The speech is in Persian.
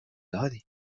دادیم